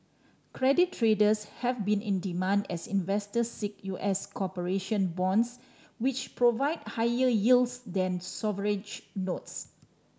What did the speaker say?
credit traders have been in demand as investors seek U S corporation bonds which provide higher yields than sovereign notes